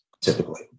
typically